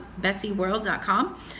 betsyworld.com